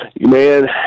Man